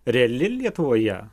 reali lietuvoje